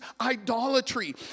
idolatry